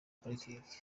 parikingi